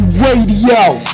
radio